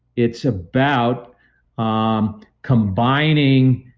it's about ah um combining.